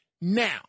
Now